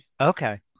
Okay